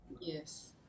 Yes